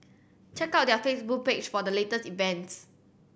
check out their Facebook page for the latest events